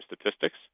statistics